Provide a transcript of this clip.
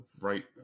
right